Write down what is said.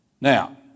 Now